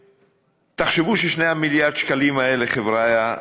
תחשבו ש-2 מיליארד השקלים האלה, חבריא,